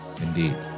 Indeed